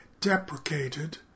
deprecated